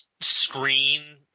screen